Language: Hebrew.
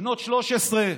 בנות 13,